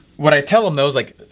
what i tell them those like,